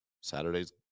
Saturday's